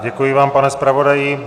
Děkuji vám, pane zpravodaji.